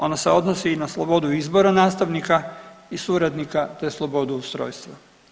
Ono se odnosi i na slobodu izbora nastavnika i suradnika, te slobodu ustrojstva.